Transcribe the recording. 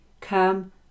Come